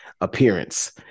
appearance